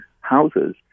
houses